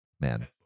man